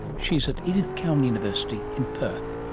she's at edith cowan university in perth.